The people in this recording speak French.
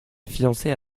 fiancé